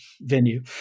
venue